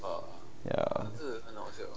ya